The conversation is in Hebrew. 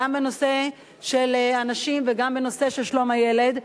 גם בנושא של הנשים וגם בנושא של שלום הילד,